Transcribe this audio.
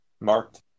Marked